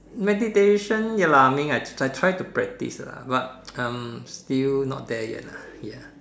meditation ya lah I mean I try to practice lah but I'm still not there yet lah ya